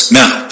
now